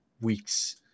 week's